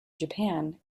japan